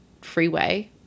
freeway